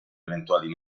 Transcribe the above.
eventuali